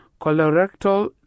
colorectal